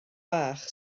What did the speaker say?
bach